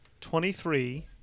twenty-three